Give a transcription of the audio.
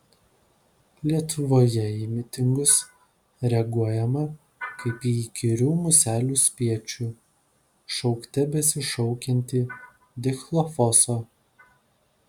lietuvoje į mitingus reaguojama kaip į įkyrių muselių spiečių šaukte besišaukiantį dichlofoso